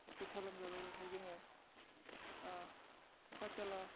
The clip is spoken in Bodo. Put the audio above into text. गोसा लोमजाब्लाथाय जोङो ओ पातसालाफोराव